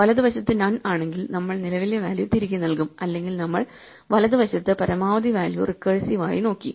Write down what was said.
വലതു വശത്തു നൺ ആണെങ്കിൽ നമ്മൾ നിലവിലെ വാല്യൂ തിരികെ നൽകും അല്ലെങ്കിൽ നമ്മൾ വലതുവശത്ത് പരമാവധി വാല്യൂ റിക്കേഴ്സീവ് ആയി നോക്കി